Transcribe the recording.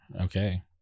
Okay